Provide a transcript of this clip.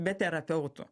be terapeutų